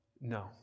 no